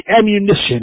ammunition